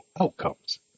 outcomes